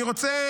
אני רוצה